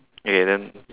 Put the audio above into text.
okay then